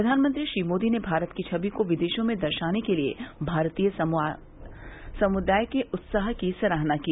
प्रधानमंत्री मोदी ने भारत की छवि को विदेशों में दर्शने के लिए भारतीय समुदाय के उत्साह की सराहना की